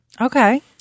Okay